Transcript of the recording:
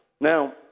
Now